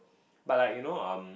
but like you know um